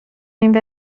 این